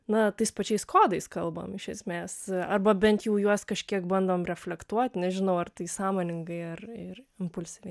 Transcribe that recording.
na tais pačiais kodais kalbam iš esmės arba bent jau juos kažkiek bandom reflektuot nežinau ar tai sąmoningai ar ir impulsyviai